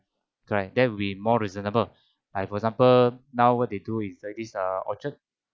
correct there will be more reasonable like for example now what they do is like this uh orchard